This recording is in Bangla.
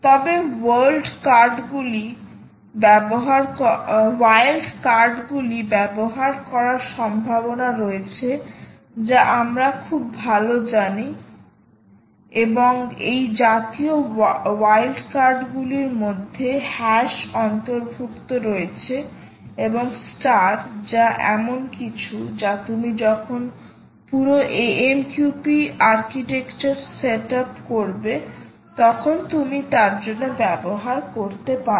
তবে ওয়াইল্ড কার্ডগুলি ব্যবহার করার সম্ভাবনা রয়েছে যা আমরা খুব ভাল জানি এবং এই জাতীয় ওয়াইল্ডকার্ডগুলির মধ্যে হ্যাশ অন্তর্ভুক্ত রয়েছে এবং স্টার যা এমন কিছু যা তুমি যখন পুরো AMQP আর্কিটেকচারটি সেট আপ করবে তখন তুমি তার জন্য ব্যবহার করতে পারো